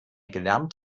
gelernt